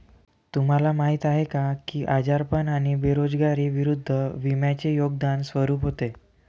तुम्हाला माहीत आहे का की आजारपण आणि बेरोजगारी विरुद्ध विम्याचे योगदान स्वरूप होते?